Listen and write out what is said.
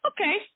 Okay